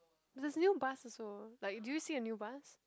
is this new bus also like did you see a new bus